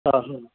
हां हां